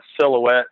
silhouette